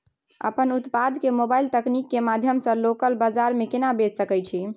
अपन उत्पाद के मोबाइल तकनीक के माध्यम से लोकल बाजार में केना बेच सकै छी?